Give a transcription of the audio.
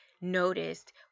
noticed